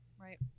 right